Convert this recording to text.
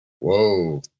Whoa